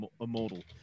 immortal